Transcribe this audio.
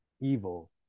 evil